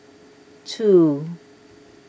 two